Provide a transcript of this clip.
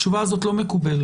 התשובה הזאת לא מקובלת.